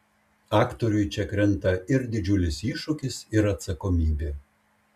aktoriui čia krenta ir didžiulis iššūkis ir atsakomybė